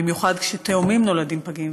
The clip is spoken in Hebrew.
במיוחד כשתאומים נולדים פגים,